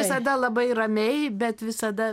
visada labai ramiai bet visada